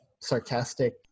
sarcastic